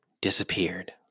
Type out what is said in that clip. disappeared